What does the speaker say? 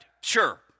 Sure